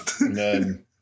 None